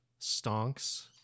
stonks